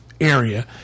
area